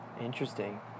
interesting